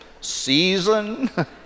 season